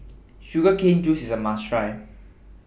Sugar Cane Juice IS A must Try